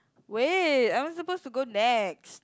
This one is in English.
wait I'm supposed to go next